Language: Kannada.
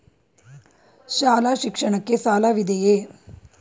ಶಾಲಾ ಶಿಕ್ಷಣಕ್ಕೆ ಸಾಲವಿದೆಯೇ?